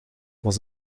was